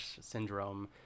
syndrome